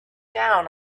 down